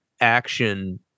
action